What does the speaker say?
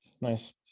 Nice